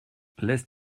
laisse